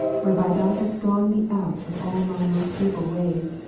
whereby thou hast drawn me out of all my most evil ways,